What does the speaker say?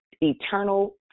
eternal